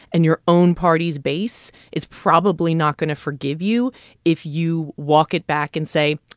and your own party's base is probably not going to forgive you if you walk it back and say,